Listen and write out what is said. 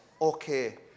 okay